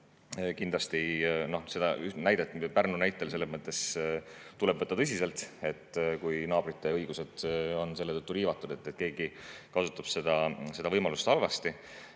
kindlasti seda näidet, Pärnu näidet tuleb võtta tõsiselt. Kui naabrite õigused on selle tõttu riivatud, et keegi kasutab seda võimalust halvasti,